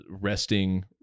resting